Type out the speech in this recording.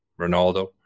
Ronaldo